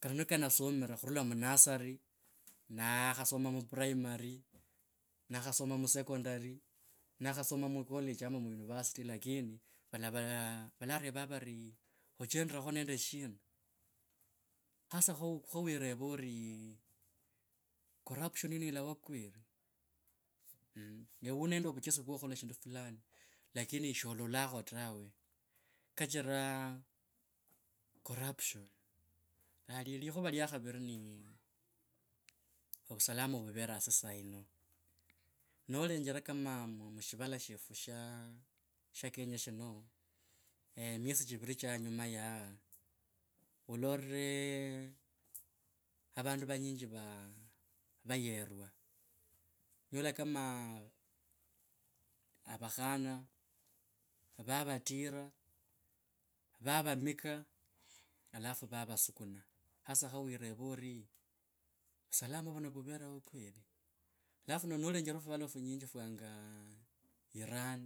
kano niko ka nasomera khurula mu nursery nakhasoma mu primary nakhasoma mu secondary nakhasoma mu college ama mu university lakini valavaa valareva. Vari ochendrekho nende shina hasa kho wirevakho ori corruption ino ilawa kweri mmh ewe u nende vuchesi vwo khukhola shindu fulani lakini shololakho tawe kachira corruprion. Na li, likhuva lya khaviri ni ovusalama vuvere hasi saa yino nolenjira kama mu shivala shefu sha, sha kenya shino miesi chiviri cha anyuma yaa uloree a vandu vanyinji va vanyerwa nolola kama avakhana vavatira vavamika alafu vavasukuna hasa kho wireva orii vusalama vuno vuveree kweli. Alafu no, nolenjira fuvala funyinji fwanga iran.